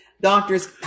doctors